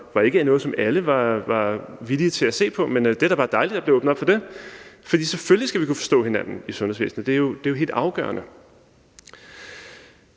var noget, alle var villige til at se på, men det er da bare dejligt, at der er blevet åbnet op for det. For selvfølgelig skal vi kunne forstå hinanden i sundhedsvæsenet, det er jo helt afgørende.